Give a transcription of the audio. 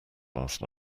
last